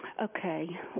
Okay